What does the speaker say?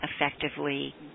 effectively